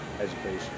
education